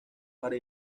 para